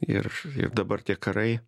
ir ir dabar tie karai